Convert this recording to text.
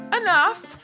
Enough